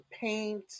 paint